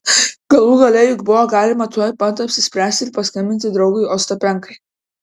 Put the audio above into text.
galų gale juk buvo galima tuoj pat apsispręsti ir paskambinti draugui ostapenkai